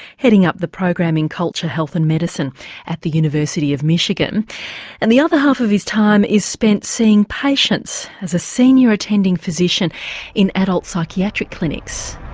heading up the program in culture, health and medicine at the university of michigan and the other half of his time is spent seeing patients as a senior attending physician in adult psychiatric clinics.